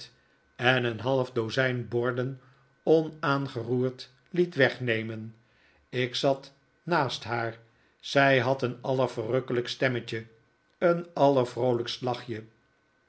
en een half dozijn borden onaangeroerd liet wegnemen ik zat naast haar zij had een allerverrukkelijkst stemmetje een allervroolijkst lachje